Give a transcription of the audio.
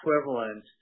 equivalent